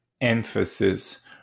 emphasis